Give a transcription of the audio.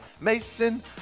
Mason